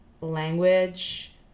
language